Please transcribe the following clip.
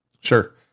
Sure